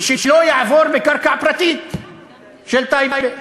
ושלא יעבור בקרקע פרטית של טייבה.